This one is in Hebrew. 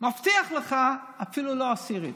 אני מבטיח לך שאפילו לא עשירית.